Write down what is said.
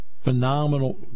Phenomenal